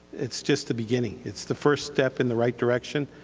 it's just the beginning. it's the first step in the right direction,